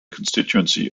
constituency